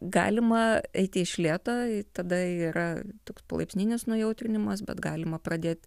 galima eiti iš lėto tada yra toks palaipsninis nujautrinimas bet galima pradėt